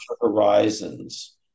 horizons